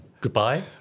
Goodbye